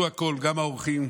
גם העורכים,